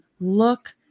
look